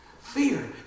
Fear